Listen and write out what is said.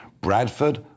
Bradford